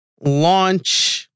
launch